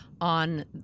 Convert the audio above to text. on